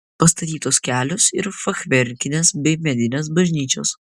pastatytos kelios ir fachverkinės bei medinės bažnyčios